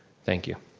thank you.